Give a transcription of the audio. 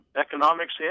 economics